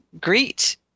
greet